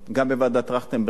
גם בוועדת-טרכטנברג,